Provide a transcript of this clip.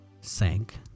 sank